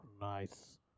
Nice